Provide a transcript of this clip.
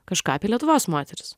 kažką apie lietuvos moteris